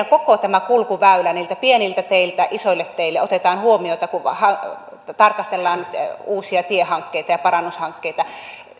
koko tämä heidän kulkuväylänsä niiltä pieniltä teiltä isoille teille otetaan huomioon kun tarkastellaan uusia tiehankkeita ja parannushankkeita